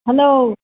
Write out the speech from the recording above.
hello